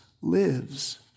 lives